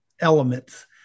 elements